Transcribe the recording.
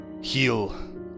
heal